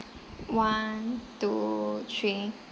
one two three